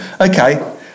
Okay